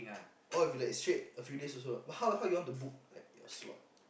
orh if you like straight a few days also but how how you want to book like your slot